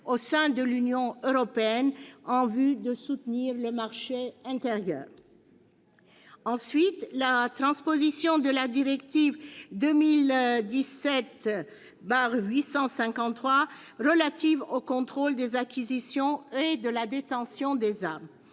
au sein de l'Union européenne, en vue de soutenir le marché intérieur. Le deuxième objectif est la transposition de la directive 2017/853 relative au contrôle de l'acquisition et de la détention d'armes.